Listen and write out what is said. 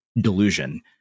delusion